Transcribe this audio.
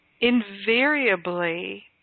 Invariably